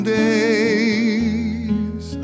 days